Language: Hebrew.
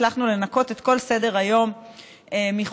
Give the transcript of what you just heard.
הצלחנו לנקות את כל סדר-היום מחוקים.